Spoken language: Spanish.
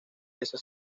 esa